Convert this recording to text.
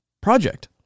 project